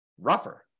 rougher